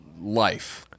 life